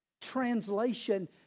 translation